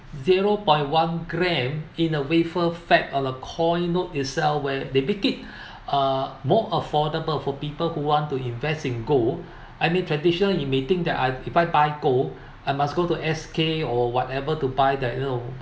zero point one gram in a wafer fab of a coin note itself where they make it uh more affordable for people who want to invest in gold I mean traditional you may think that I if I buy gold I must go to S_K or whatever to buy that you know